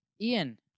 Ian